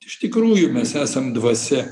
iš tikrųjų mes esam dvasia